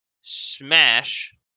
smash